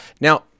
Now